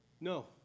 No